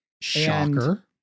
Shocker